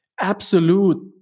absolute